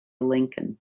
lincoln